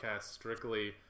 strictly